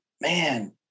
man